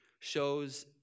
shows